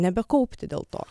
nebekaupti dėl to